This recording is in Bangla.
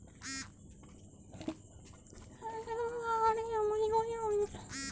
এ.টি.এম কার্ডের আবেদনের জন্য অ্যাকাউন্টে কতো টাকা থাকা দরকার?